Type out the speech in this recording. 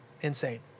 insane